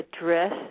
address